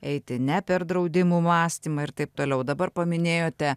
eiti ne per draudimų mąstymą ir taip toliau dabar paminėjote